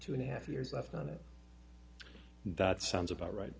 two and a half years left on it that sounds about right